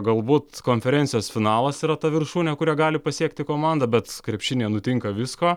galbūt konferencijos finalas yra ta viršūnė kurią gali pasiekti komanda bet krepšinyje nutinka visko